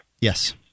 Yes